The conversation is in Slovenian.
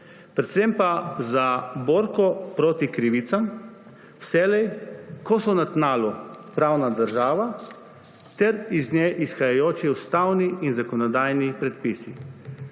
predvsem pa za borko proti krivicam vselej, ko so na tnalu pravna država ter iz nje izhajajoči ustavni in zakonodajni predpisi.